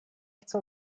chcę